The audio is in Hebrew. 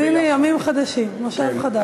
אז הנה, ימים חדשים, מושב חדש.